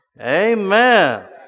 Amen